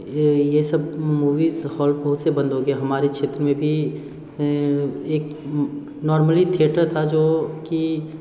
है ये सब मूविज हॉल बहुत से बंद हो गए हमारे क्षेत्र में भी एक नॉर्मली थिएटर था जो कि